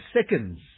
seconds